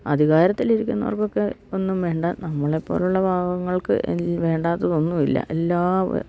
അധികാരത്തിലിരിക്കുന്നവർക്കൊക്കെ ഒന്നും വേണ്ട നമ്മളെപ്പോലുള്ള പാവങ്ങൾക്ക് വേണ്ടാത്തത്തൊന്നും ഇല്ല എല്ലാ